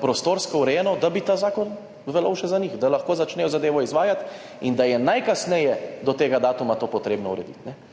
prostorsko urejeno, da bi ta zakon veljal še za njih, da lahko začnejo zadevo izvajati in da je najkasneje do tega datuma to potrebno urediti.